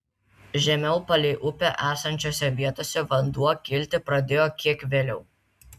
žemiau palei upę esančiose vietose vanduo kilti pradėjo kiek vėliau